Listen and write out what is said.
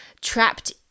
trapped